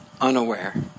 unaware